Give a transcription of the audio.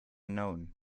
known